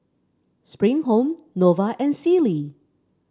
Spring Home Nova and Sealy